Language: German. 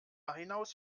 hinaus